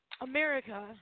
America